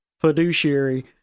fiduciary